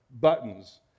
buttons